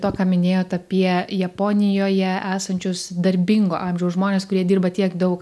to ką minėjot apie japonijoje esančius darbingo amžiaus žmones kurie dirba tiek daug